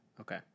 Okay